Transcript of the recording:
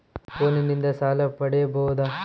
ಫೋನಿನಿಂದ ಸಾಲ ಪಡೇಬೋದ?